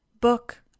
book